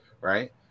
right